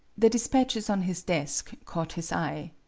the despatches on his desk caught his eye.